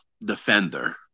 defender